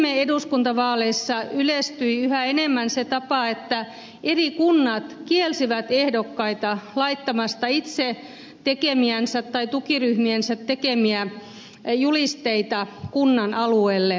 viime eduskuntavaaleissa yleistyi yhä enemmän se tapa että eri kunnat kielsivät ehdokkaita laittamasta itse tekemiänsä tai tukiryhmiensä tekemiä julisteita kunnan alueelle